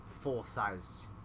full-sized